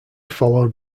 followed